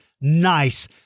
Nice